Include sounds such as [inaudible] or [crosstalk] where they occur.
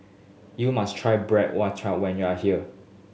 you must try [unintelligible] when you are here